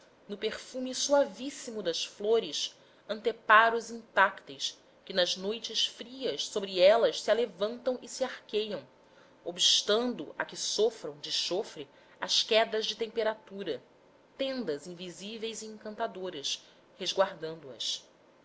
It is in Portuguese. no perfume suavíssimo das flores anteparos intácteis que nas noites frias sobre elas se alevantam e se arqueiam obstando a que sofram de chofre as quedas de temperatura tendas invisíveis e encantadoras resguardando as assim